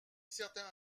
certains